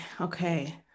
okay